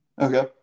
Okay